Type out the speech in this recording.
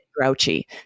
grouchy